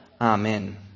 Amen